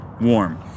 warm